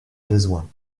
besoin